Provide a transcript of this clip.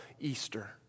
Easter